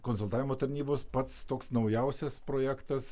konsultavimo tarnybos pats toks naujausias projektas